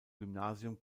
gymnasium